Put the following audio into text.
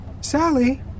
Sally